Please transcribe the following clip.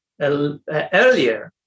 earlier